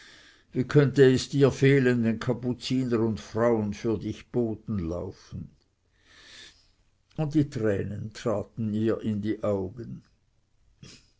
wie könnt es dir fehlen wenn kapuziner und frauen für dich botenlaufen und die tränen traten ihr in die augen